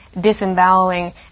disemboweling